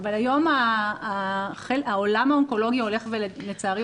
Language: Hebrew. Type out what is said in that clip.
אבל היום העולם האונקולוגי לצערי הולך וגדל.